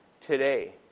today